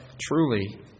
truly